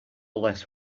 less